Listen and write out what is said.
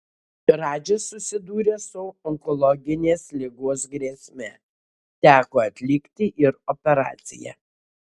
radžis susidūrė su onkologinės ligos grėsme teko atlikti ir operaciją